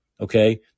Okay